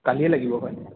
কালিয়ে লাগিব হয়